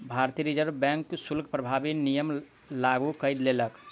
भारतीय reserve bank शुल्क प्रभावी नियम लागू कय देलक